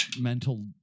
mental